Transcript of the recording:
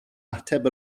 ateb